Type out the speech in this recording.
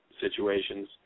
situations